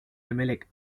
emelec